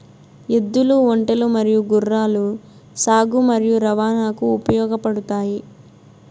ఎద్దులు, ఒంటెలు మరియు గుర్రాలు సాగు మరియు రవాణాకు ఉపయోగపడుతాయి